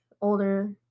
older